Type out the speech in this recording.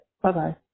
Bye-bye